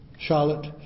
Charlotte